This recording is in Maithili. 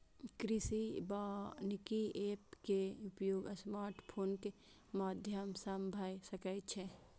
कृषि वानिकी एप के उपयोग स्मार्टफोनक माध्यम सं भए सकै छै